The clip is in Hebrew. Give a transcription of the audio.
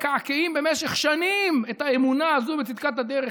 מקעקעים במשך שנים את האמונה הזו בצדקת הדרך,